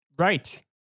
Right